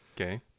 Okay